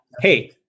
hey